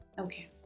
okay